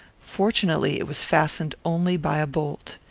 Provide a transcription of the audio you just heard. fortunately it was fastened only by a bolt.